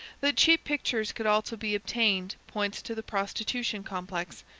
that cheap pictures could also be obtained points to the prostitution complex,